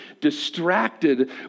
distracted